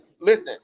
Listen